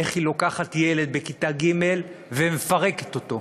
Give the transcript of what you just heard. איך היא לוקחת ילד בכיתה ג' ומפרקת אותו,